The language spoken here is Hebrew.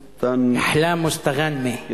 מוסתנ, אחלאם מוסתגאנמי.